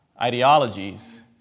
ideologies